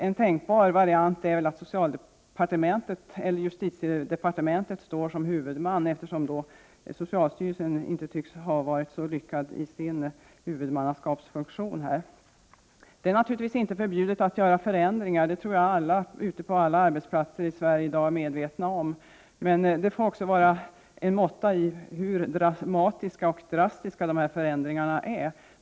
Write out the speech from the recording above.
En tänkbar variant är väl att socialdepartementet eller justitiedepartementet står som huvudman, eftersom socialstyrelsen inte tycks ha varit så lyckad i sin huvudmannaskapsfunktion. Det är naturligtvis inte förbjudet att göra förändringar — det tror jag alla på alla arbetsplatser i Sverige i dag är medvetna om. Men det får också vara någon måtta på hur drastiska förändringarna är.